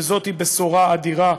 וזאת בשורה אדירה,